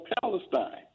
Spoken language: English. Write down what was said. Palestine